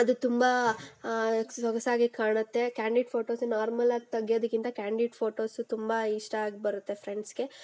ಅದು ತುಂಬ ಸೊಗಸಾಗಿ ಕಾಣುತ್ತೆ ಕ್ಯಾಂಡೀಡ್ ಫೋಟೋಸ್ ನಾರ್ಮಲ್ ಆಗಿ ತಗಿಯೋದಕ್ಕಿಂತ ಕ್ಯಾಂಡೀಡ್ ಫೋಟೋಸು ತುಂಬ ಇಷ್ಟ ಆಗಿ ಬರುತ್ತೆ ಫ್ರೆಂಡ್ಸ್ಗೆ